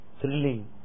thrilling